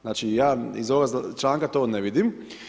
Znači, ja iz ovog članka to ne vidim.